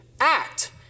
act